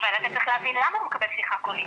אבל אתה צריך להבין למה הוא מקבל שיחה קולית.